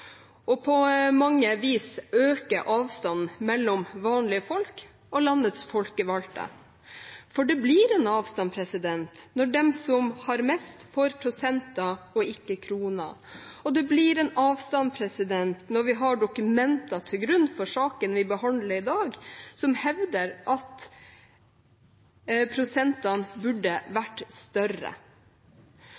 og på mange vis øke avstanden mellom vanlige folk og landets folkevalgte. For det blir en avstand når de som har mest, får prosenter og ikke kroner, og det blir en avstand når vi har dokumenter til grunn for saken vi behandler i dag som hevder at prosentene burde